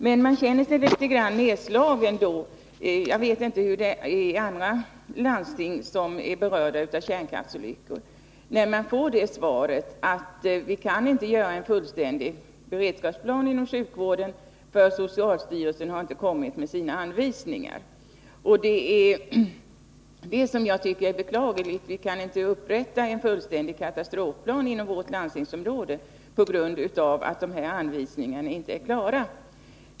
Men man känner sig litet nedslagen — jag vet inte hur situationen är i andra landsting som skulle beröras av kärnkraftsolyckor — när man får svaret att vi inte kan göra en fullständig beredskapsplan inom sjukvården för att socialstyrelsen inte har kommit med sina anvisningar. Det är det jag tycker är beklagligt. Vi kan inte upprätta en fullständig katastrofplan inom vårt landstingsområde på grund av att dessa anvisningar inte är klara.